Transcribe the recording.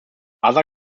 other